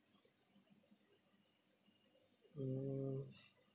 mm